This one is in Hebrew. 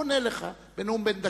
הוא עונה לך בנאום בן דקה.